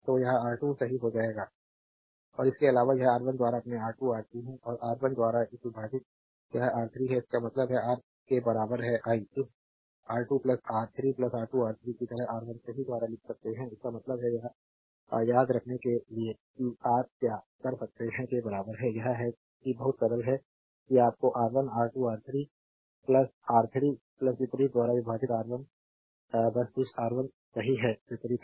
तो यह R2 सही हो जाएगा और इसके अलावा यह R1 द्वारा अपने R2 R3 है और R1 द्वारा इस विभाजित यह R3 है इसका मतलब है रा के बराबर है आई इस R2 R3 R2 R3 की तरह R1 सही द्वारा लिख सकते हैं इसका मतलब है यह याद रखने के लिए कि रा क्या कर सकता है के बराबर है एक यह है कि बहुत सरल है कि आपके R1 R2 R3 plus R3 1 विपरीत द्वारा विभाजित R1 बस इस R1 सही के विपरीत है